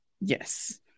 Yes